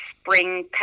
spring